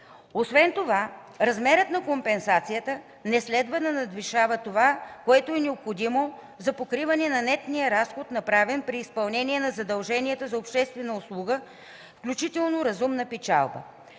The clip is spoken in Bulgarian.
Освен това размерът на компенсацията не следва да надвишава това, което е необходимо за покриване на нетния разход, направен при изпълнение на задълженията за обществена услуга, включително разумна печалба.